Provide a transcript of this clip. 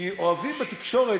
כי אוהבים בתקשורת,